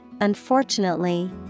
unfortunately